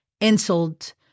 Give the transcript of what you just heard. insult